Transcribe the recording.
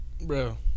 Bro